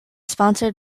sponsored